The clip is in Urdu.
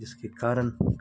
جس کے کارن